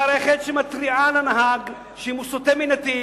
מערכת שמתריעה לנהג אם הוא סוטה מנתיב,